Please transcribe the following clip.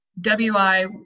WI